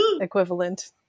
equivalent